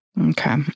Okay